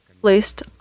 placed